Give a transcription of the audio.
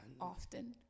Often